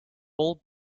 all